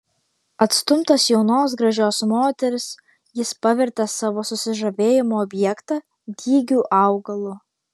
atstumtas jaunos gražios moters jis pavertė savo susižavėjimo objektą dygiu augalu